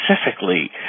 specifically